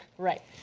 right.